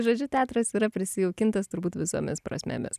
žodžiu teatras yra prisijaukintas turbūt visomis prasmėmis